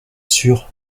sûr